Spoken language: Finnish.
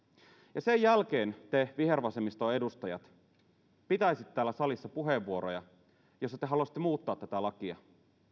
ja sen jälkeen te vihervasemmiston edustajat pitäisitte täällä salissa puheenvuoroja joissa te haluaisitte muuttaa tätä lakia